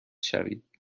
شوید